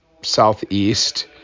southeast